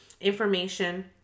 information